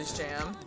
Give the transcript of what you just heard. jam